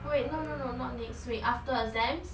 wait no no no not next week after exams